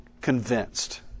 convinced